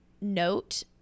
note